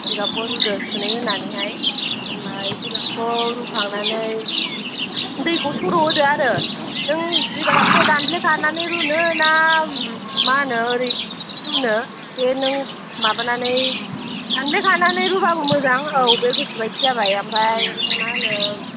जिगाबखौ रुदो सुनै होनानैहाय ओमफ्राय जिगाबखौ रुखांनानै दैखौ सर'होदो आरो नों जिगाबखौ दानफ्लेखानानै रुनो ना मा होनो ओरै रुनो बे नों माबानानै दानफ्लेखानानै रुबाबो मोजां औ बे गोसो बादि जाबाय ओमफ्राय मा होनो